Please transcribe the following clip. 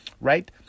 right